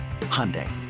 Hyundai